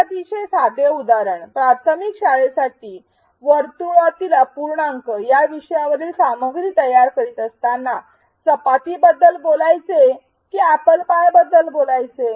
एक अतिशय साधे उदाहरण प्राथमिक शाळेसाठी 'वर्तुळातील अपूर्णांक' या विषयावरील सामग्री तयार करीत असताना चपाती बद्दल बोलायचं की apple pie बद्दल बोलायचं